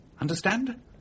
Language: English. Understand